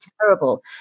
terrible